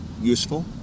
useful